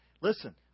Listen